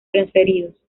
transferidos